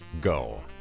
go